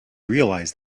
realize